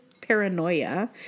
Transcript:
paranoia